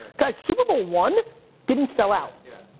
cause super bowl one didn't sell out. yeah,